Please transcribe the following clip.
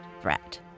threat